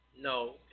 no